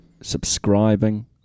subscribing